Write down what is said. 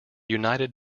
united